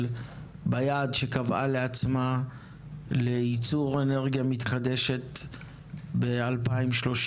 ביעד שהיא קבעה לעצמה לייצור אנרגיה מתחדשת ב-2030,